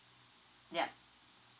yeah